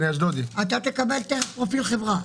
מגלגל בשנה 2,000 טון שמנים לתעשייה,